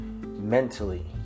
mentally